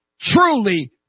truly